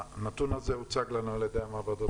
הנתון הזה הוצג לנו על ידי המעבדות